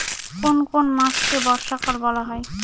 কোন কোন মাসকে বর্ষাকাল বলা হয়?